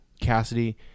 Cassidy